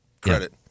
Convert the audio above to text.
credit